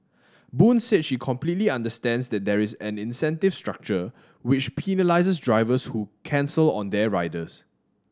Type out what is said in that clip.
Boon said she completely understands that there is an incentive structure which penalises drivers who cancel on their riders